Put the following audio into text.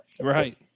Right